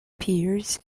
pears